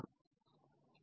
ആദ്യം ഞാൻ അത് മായ്ക്കട്ടെ